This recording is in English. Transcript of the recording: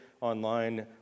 online